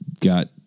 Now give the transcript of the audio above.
got